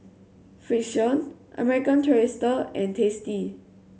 Frixion American Tourister and Tasty